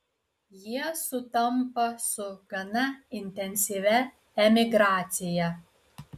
jie sutampa su gana intensyvia emigracija